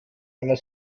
einer